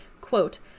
Quote